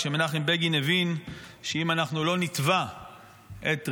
כשמנחם בגין הבין שאם אנחנו לא נתבע את ריבונותנו,